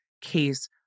case